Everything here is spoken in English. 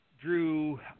drew